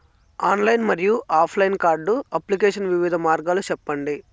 Online మరియు offline card application వివిధ మార్గాలు సెప్పండి?